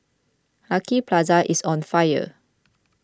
Lucky Plaza is on fire